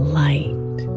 light